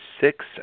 six